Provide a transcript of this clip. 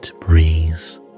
breeze